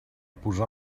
posar